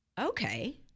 Okay